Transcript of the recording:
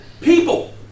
people